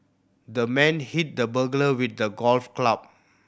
the man hit the burglar with a golf club